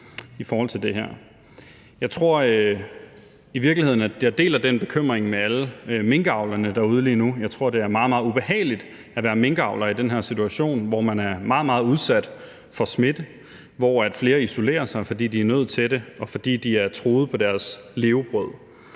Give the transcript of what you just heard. jeg deler den bekymring med alle minkavlerne derude lige nu. Jeg tror, det er meget, meget ubehageligt at være minkavler i den her situation, hvor man er meget, meget udsat for smitte, hvor flere isolerer sig, fordi de er nødt til det, og fordi de er truet på deres levebrød.